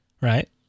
Right